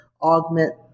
augment